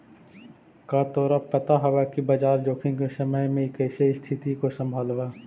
का तोरा पता हवअ कि बाजार जोखिम के समय में कइसे स्तिथि को संभालव